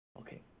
Okay